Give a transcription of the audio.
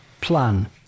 plan